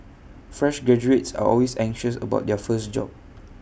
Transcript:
fresh graduates are always anxious about their first job